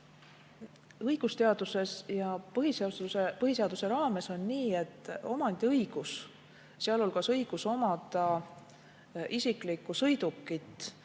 Õigusteaduses ja põhiseaduse raames on nii, et omandiõigus, sealhulgas õigus omada isiklikku sõidukit,